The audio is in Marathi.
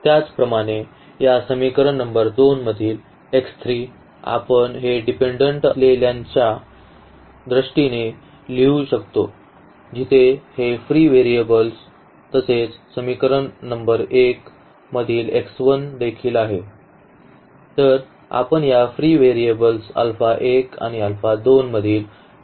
त्याचप्रमाणे या समीकरण नंबर 2 मधील x 3 आपण हे डिपेंडंट असलेल्यांच्या दृष्टीने लिहू शकतो जिथे हे फ्री व्हेरिएबल्स तसेच समीकरण नंबर 1 मधील x1 देखील आहेत तर आपण या फ्री व्हेरिएबल्स अल्फा 1 आणि अल्फा 2 मधील दृष्टीने लिहू शकतो